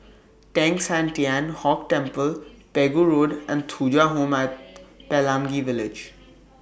Teng San Tian Hock Temple Pegu Road and Thuja Home At Pelangi Village